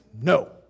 no